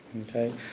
Okay